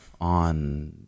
on